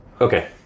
Okay